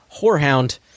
Whorehound